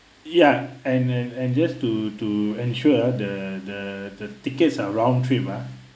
ya and and and just to to ensure uh the the the tickets are round trip ah